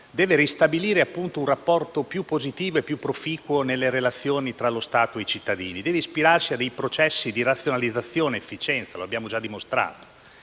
deve ristabilire un rapporto più positivo e più proficuo nelle relazioni tra lo Stato e i cittadini; deve ispirarsi a processi di razionalizzazione ed efficienza. L'abbiamo già dimostrato: